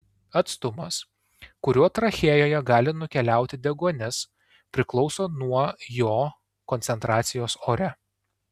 atstumas kuriuo trachėjoje gali nukeliauti deguonis priklauso nuo jo koncentracijos ore